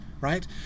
right